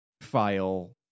file